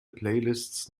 playlists